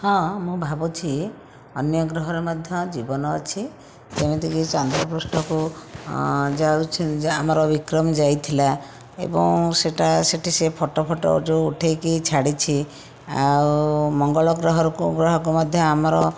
ହଁ ମୁଁ ଭାବୁଛି ଅନ୍ୟଗ୍ରହରେ ମଧ୍ୟ ଜୀବନ ଅଛି ଯେମିତିକି ଚନ୍ଦ୍ରପୃଷ୍ଠକୁ ଯାଉଛି ଆମର ବିକ୍ରମ ଯାଇଥିଲା ଏବଂ ସେଇଟା ସେଇଠି ସେ ଫଟୋ ଫଟୋ ଯେଉଁ ଉଠେଇକି ଛାଡ଼ିଛି ଆଉ ମଙ୍ଗଳ ଗ୍ରହକୁ ଗ୍ରହକୁ ମଧ୍ୟ ଆମର